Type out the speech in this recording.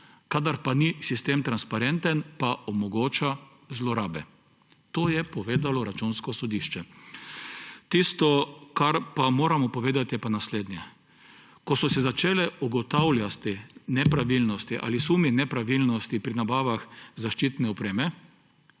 Kadar sistem ni transparenten, pa omogoča zlorabe. To je povedalo Računsko sodišče. Tisto, kar moramo povedati, je pa naslednje. Ko so se začele ugotavljati nepravilnosti ali sumi nepravilnosti pri nabavah zaščitne opreme,